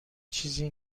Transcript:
چیزی